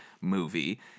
movie